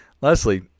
Leslie